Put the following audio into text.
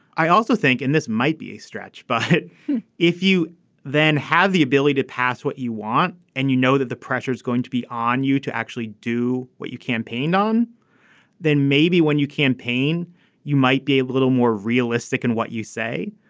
i also think this might be a stretch but if you then have the ability to pass what you want and you know that the pressure is going to be on you to actually do what you campaigned on then maybe when you campaign you might be a little more realistic in and what you say.